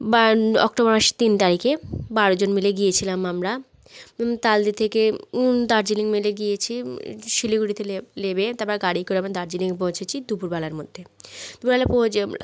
বান October মাসের তিন তারিখে বারোজন মিলে গিয়েছিলাম আমরা বং তালদি থেকে দার্জিলিং মেলে গিয়েছি শিলিগুড়িতে লেবে তারপর গাড়ি করে আবার দার্জিলিং পৌঁছেছি দুপুরবেলার মধ্যে দুপুরবেলা পৌঁছে আমরা